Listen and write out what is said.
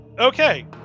Okay